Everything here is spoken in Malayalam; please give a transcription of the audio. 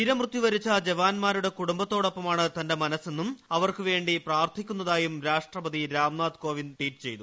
വീര്മൃത്യു വരിച്ച ജവാൻമാരുടെ കുടുംബ ത്തോടൊപ്പമാണ് തന്റെ പ്രമ്നസ്സെന്നും അവർക്കു വേണ്ടി പ്രാർത്ഥിക്കുന്നതായും രാഷ്ട്രപതി രാംനാഥ് കോവിന്ദ് ട്വീറ്റ് ചെയ്തു